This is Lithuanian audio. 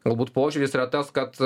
galbūt požiūris yra tas kad